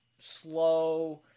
slow